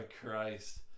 Christ